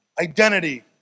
identity